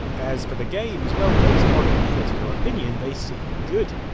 as for the games, well, based on critical opinion, they seem good.